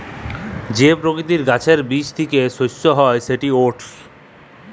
যে পকিতির গাহাচের বীজ থ্যাইকে শস্য হ্যয় সেট ওটস